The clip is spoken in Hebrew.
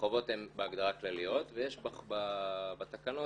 החובות הן בהגדרה כלליות ויש בתקנות